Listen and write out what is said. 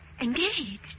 engaged